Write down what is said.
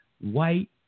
white